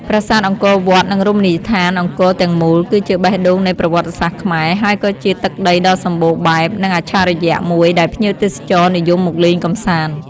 ប្រាសាទអង្គរវត្ត និងរមណីយដ្ឋានអង្គរទាំងមូល គឺជាបេះដូងនៃប្រវត្តិសាស្រ្តខ្មែរ ហើយក៏ជាទឹកដីដ៏សម្បូរបែប និងអច្ឆរិយៈមួយដែលភ្ញៀវទេសចរនិយមមកលេងកម្សាន្ត។